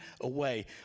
away